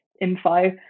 info